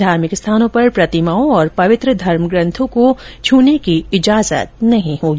धार्मिक स्थानों पर प्रतिमाओं और पवित्र धर्म ग्रंथों को छूने की इजाजत नहीं होगी